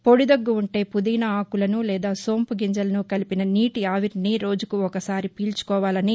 పొడి దగ్గ ఉంటే పుదీనా ఆకులను లేదా సొంపు గింజలను కలిపిన నీటి ఆవిరిని రోజుకు ఒకసారి పీల్చుకోవాలని